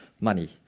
money